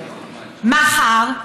מחר,